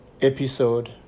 episode